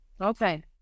Okay